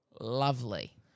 lovely